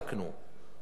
עמדנו על כך